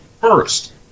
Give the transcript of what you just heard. first